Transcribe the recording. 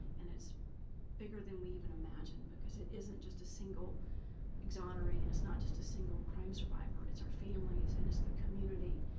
and it's bigger than we even imagined. because it isn't just a single exoneree. and it's not just a single crime survivor. it's our families. and it's the community,